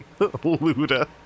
luda